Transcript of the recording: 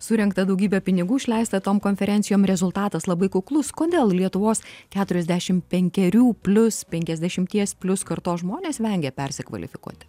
surengta daugybė pinigų išleista tom konferencijom rezultatas labai kuklus kodėl lietuvos keturiasdešim penkerių plius penkiasdešimties plius kartos žmonės vengia persikvalifikuoti